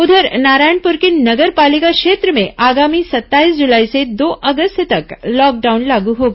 उधर नारायणपुर के नगर पालिका क्षेत्र में आगामी सत्ताईस जुलाई से दो अगस्त तक लॉकडाउन लागू होगा